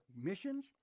missions